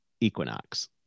equinox